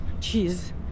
cheese